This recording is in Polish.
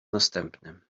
następnym